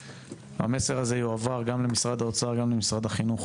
המסר הזה יועבר גם למשרד האוצר, גם למשרד החינוך